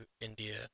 India